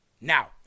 Now